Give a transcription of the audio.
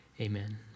Amen